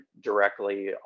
directly